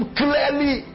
clearly